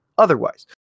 otherwise